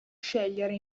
scegliere